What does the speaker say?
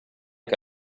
che